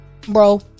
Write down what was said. Bro